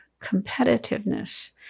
competitiveness